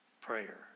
prayer